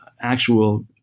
actual